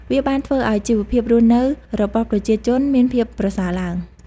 វាបានធ្វើឲ្យជីវភាពរស់នៅរបស់ប្រជាជនមានភាពប្រសើរឡើង។